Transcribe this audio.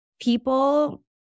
people